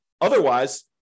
Otherwise